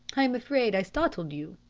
i am afraid i startled you.